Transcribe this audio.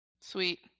Sweet